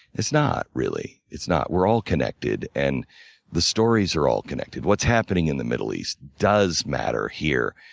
it's not, really. it's not. we're all connected and the stories are all connected. what's happening in the middle east does matter here.